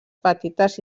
petites